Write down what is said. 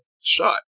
shot